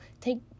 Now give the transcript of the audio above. Take